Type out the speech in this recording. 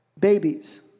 Babies